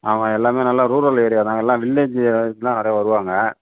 ஆமாம் எல்லாமே நல்லா ரூரல் ஏரியா நாங்கயெல்லாம் வில்லேஜ் இருந்து தான் நிறையா வருவாங்க